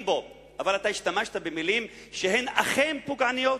בו אבל אתה השתמשת במלים שהן אכן פוגעניות?